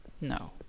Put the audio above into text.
No